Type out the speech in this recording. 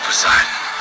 Poseidon